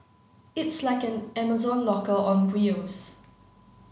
it's like an Amazon locker on wheels